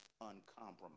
uncompromised